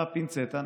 בפינצטה.